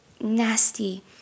nasty